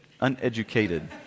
Uneducated